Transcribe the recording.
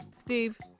Steve